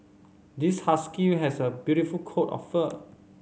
this husky has a beautiful coat of fur